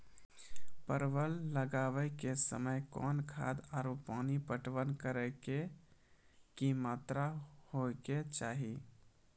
परवल लगाबै के समय कौन खाद आरु पानी पटवन करै के कि मात्रा होय केचाही?